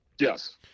Yes